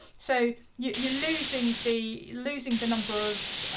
so you're losing the losing the number of